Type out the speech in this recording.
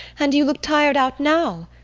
and you look tired out now.